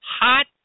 hot –